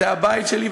זה הבית שלי,